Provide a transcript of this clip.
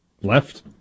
Left